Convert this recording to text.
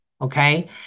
Okay